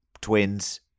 twins